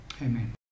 Amen